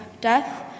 death